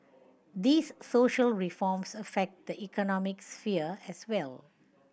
these social reforms affect the economic sphere as well